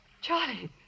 Charlie